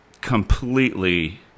completely